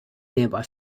nearby